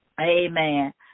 Amen